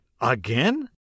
again